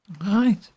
Right